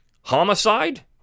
homicide